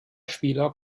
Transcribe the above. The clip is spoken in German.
spieler